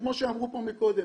שכמו שאמרו מקודם,